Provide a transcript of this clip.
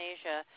Asia